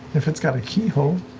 if it's got a keyhole.